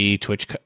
Twitch